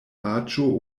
aĝo